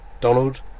Donald